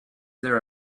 there